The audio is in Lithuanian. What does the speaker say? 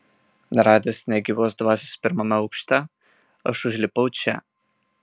neradęs nė gyvos dvasios pirmame aukšte aš užlipau čia